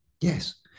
Yes